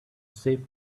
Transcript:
save